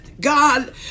God